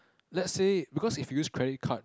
let's say because if you use credit card